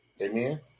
Amen